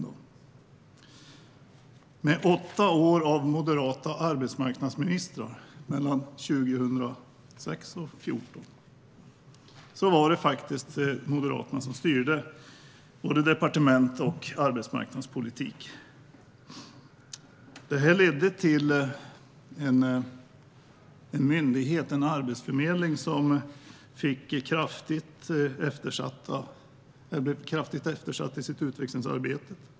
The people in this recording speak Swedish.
Under åtta år med moderata arbetsmarknadsministrar, mellan 2006 och 2014, styrde Moderaterna både departement och arbetsmarknadspolitik. Detta ledde till att en myndighet, Arbetsförmedlingen, blev kraftigt eftersatt i sitt utvecklingsarbete.